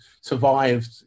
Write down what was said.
survived